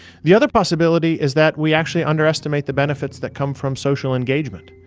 the other possibility is that we actually underestimate the benefits that come from social engagement,